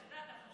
את יודעת,